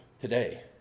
today